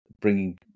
bringing